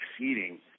exceeding